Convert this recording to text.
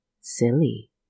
Silly